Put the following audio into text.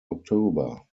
october